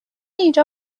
اینجا